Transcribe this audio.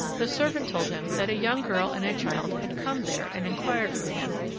the servant told him that a young girl and a child had come there and inquired for him,